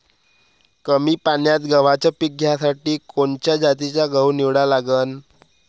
कमी पान्यात गव्हाचं पीक घ्यासाठी कोनच्या जातीचा गहू निवडा लागन?